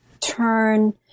turn